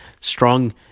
strong